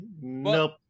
Nope